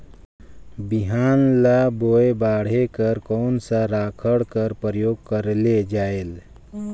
बिहान ल बोये बाढे बर कोन सा राखड कर प्रयोग करले जायेल?